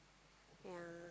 yeah